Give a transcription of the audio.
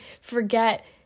forget